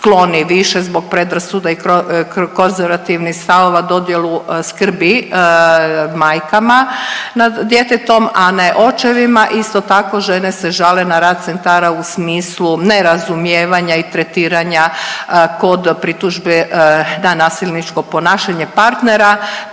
skloni, više zbog predrasuda i konzervativnih stavova, dodjelu skrbi majkama nad djetetom, a ne očevima, isto tako žene se žale na rad centara u smislu nerazumijevanja i tretiranja kod pritužbe na nasilničko ponašanje partnera,